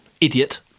Idiot